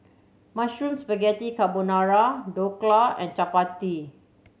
Mushroom Spaghetti Carbonara Dhokla and Chapati